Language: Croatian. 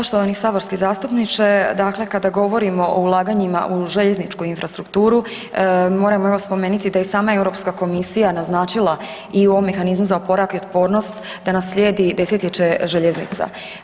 Poštovani saborski zastupniče, dakle kada govorimo o ulaganjima u željezničku infrastrukturu moramo ipak spomenuti da i sama Europska komisija naznačila i u ovom mehanizmu za oporavak i otpornost da nam slijedi desetljeće željeznica.